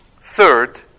Third